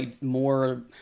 more